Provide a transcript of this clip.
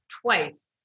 twice